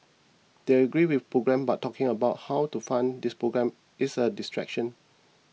they agree with programmes but talking about how to fund these programmes is a distraction